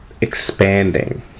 expanding